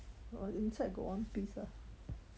our inside got one piece ah